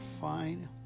fine